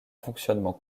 fonctionnement